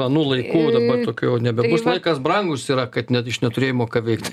anų laikų dabar tokių jau nebebus laikas brangus yra kad net iš neturėjimo ką veikt